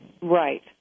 Right